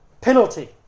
penalty